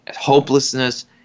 hopelessness